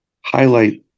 highlight